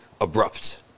abrupt